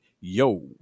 yo